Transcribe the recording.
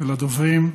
ולדוברים.